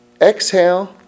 exhale